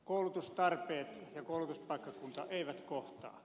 koulutustarpeet ja koulutuspaikkakunta eivät kohtaa